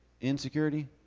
Insecurity